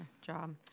job